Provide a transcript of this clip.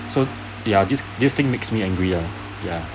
so ya this this thing makes me angry uh ya